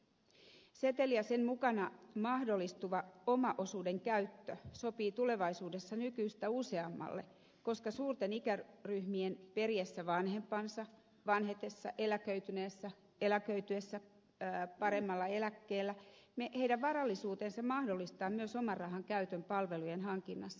seteli ja sen mukana mahdollistuva omaosuuden käyttö sopii tulevaisuudessa nykyistä useammalle koska suurten ikäryhmien periessä vanhempansa vanhetessa eläköityessä paremmalla eläkkeellä heidän varallisuutensa mahdollistaa myös oman rahan käytön palvelujen hankinnassa